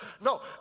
No